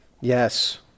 Yes